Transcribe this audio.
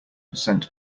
percent